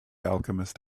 alchemist